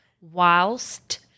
whilst